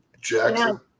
Jackson